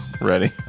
ready